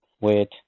wait